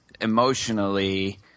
emotionally